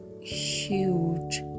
huge